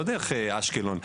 לא דרך אשקלון.